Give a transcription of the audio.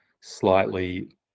slightly